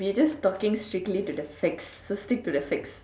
we are just talking strictly to the facts so stick to the facts